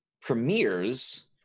premieres